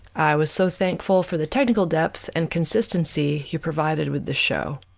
i was so thankful for the technical depth and consistency you provided with this show.